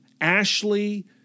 Ashley